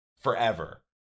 Forever